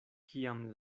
kiam